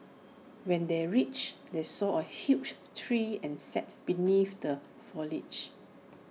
when they reached they saw A huge tree and sat beneath the foliage